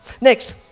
Next